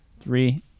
Three